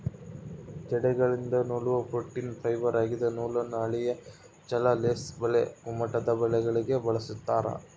ಜೇಡಗಳಿಂದ ನೂಲುವ protein fibre ಆಗಿದೆ ನೂಲನ್ನು ಹಾಳೆಯ ಜಾಲ ಲೇಸ್ ಬಲೆ ಗುಮ್ಮಟದಬಲೆಗಳಿಗೆ ಬಳಸ್ತಾರ